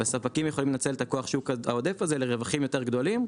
והספקים יכולים לנצל את כוח השוק העודף הזה לרווחים יותר גדולים,